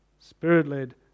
Spirit-led